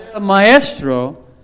maestro